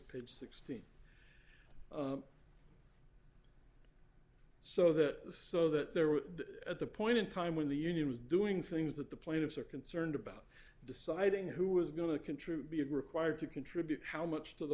page sixteen so the so that there were at the point in time when the union was doing things that the plaintiffs are concerned about deciding who was going to contribute required to contribute how much to the